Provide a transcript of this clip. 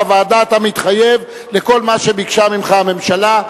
בוועדה אתה מתחייב לכל מה שביקשה ממך הממשלה.